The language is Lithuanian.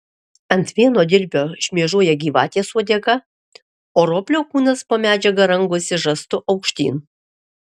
ant vieno dilbio šmėžuoja gyvatės uodega o roplio kūnas po medžiaga rangosi žastu aukštyn